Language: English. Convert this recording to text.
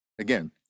Again